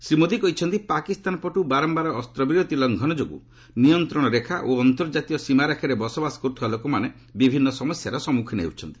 ଶ୍ରୀ ମୋଦି କହିଛନ୍ତି ପାକିସ୍ତାନ ପଟୁ ବାରମ୍ଭାର ଅସ୍ତ୍ରବିରତି ଲଙ୍ଘନ ଯୋଗୁଁ ନିୟନ୍ତ୍ରଣ ରେଖା ଓ ଆନ୍ତର୍ଜାତିକ ସୀମାରେ ବସବାସ କରୁଥିବା ଲୋକମାନେ ବିଭିନ୍ନ ସମସ୍ୟାର ସମ୍ମୁଖୀନ ହେଉଛନ୍ତି